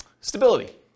stability